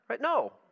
No